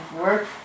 work